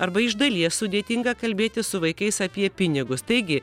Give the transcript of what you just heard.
arba iš dalies sudėtinga kalbėti su vaikais apie pinigus taigi